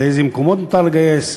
לאיזה מקומות מותר לגייס.